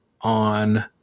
on